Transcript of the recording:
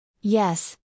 Yes